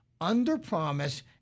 Under-promise